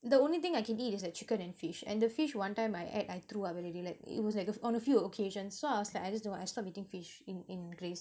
the only thing I can eat is like chicken and fish and the fish one time I ate I threw up already like it was like on a few occasions so I was like I just don't want I stop eating fish in in grace